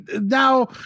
now